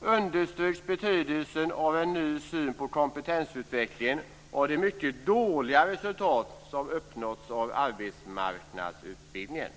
understryks betydelsen av en ny syn på kompetensutvecklingen av det mycket dåliga resultat som uppnåtts av arbetsmarknadsutbildningen.